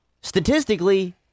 statistically